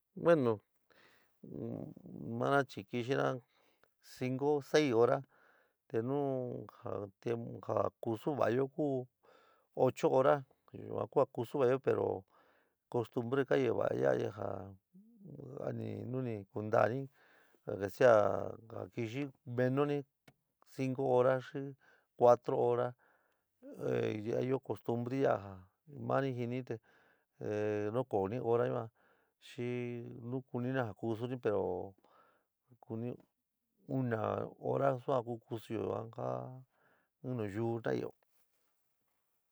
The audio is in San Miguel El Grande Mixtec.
Bueno manáa chi kixiná cinco, sei hora te nu ja tiem ja kusu vaayo ku ocho horá yuan ku a kusú va'ayo pero costumbre ka ñuva'a ya'aja ani nuni ku ntaani aunque sea kɨxi menoníí cinco hora xi cuatro hora ya ɨó costumbri ya'a jaa máni jɨni te nuún- koni hora yuan xi ni kunini ja kúsuni pero kuni uúna hora suan ku kusuyo ja nu yuú taányo.